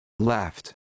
Left